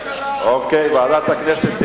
זה